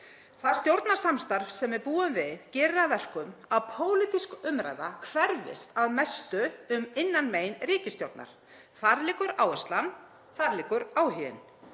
Það stjórnarsamstarf sem við búum við gerir að verkum að pólitísk umræða hverfist að mestu um innanmein ríkisstjórnar. Þar liggur áherslan. Þar liggur áhuginn.